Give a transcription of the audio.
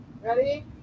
Ready